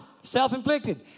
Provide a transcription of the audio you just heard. self-inflicted